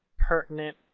pertinent,